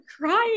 crying